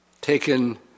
taken